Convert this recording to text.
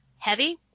Heavy